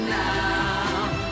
now